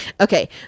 Okay